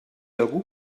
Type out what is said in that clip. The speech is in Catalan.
algú